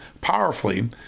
powerfully